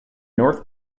north